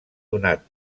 donat